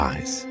Eyes